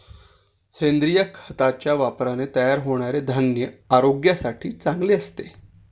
सेंद्रिय खताच्या वापराने तयार होणारे धान्य आरोग्यासाठी चांगले असते